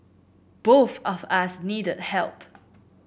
both of us needed help